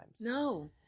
No